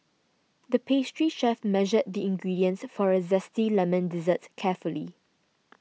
the pastry chef measured the ingredients for a Zesty Lemon Dessert carefully